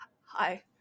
Hi